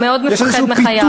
הוא מאוד מפחד לחייו.